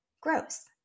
Gross